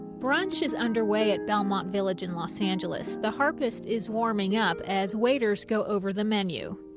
brunch is underway at belmont village in los angeles. the harpist is warming up as waiters go over the menu.